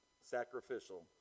Sacrificial